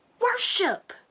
worship